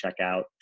checkout